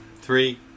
Three